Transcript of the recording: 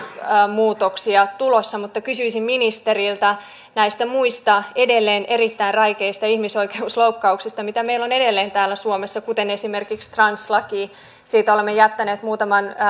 muutoksia tulossa mutta kysyisin ministeriltä näistä muista edelleen erittäin räikeistä ihmisoikeusloukkauksista mitä meillä on edelleen täällä suomessa esimerkiksi translaki siitä olemme jättäneet muutaman